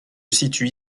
situent